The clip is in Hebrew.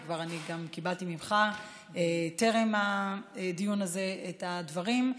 ואני גם כבר קיבלתי ממך טרם הדיון הזה את הדברים,